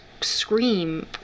scream